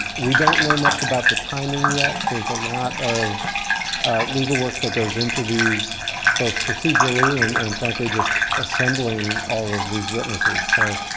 we don't know much about the timing yet. there's a lot of legal work that goes into these both procedurally and and frankly just assembling all of these witnesses. so